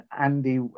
Andy